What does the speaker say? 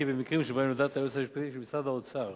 כי במקרים שבהם לדעת היועץ המשפטי של משרד האוצר,